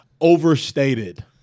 overstated